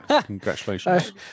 Congratulations